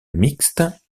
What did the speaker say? mixtes